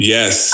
Yes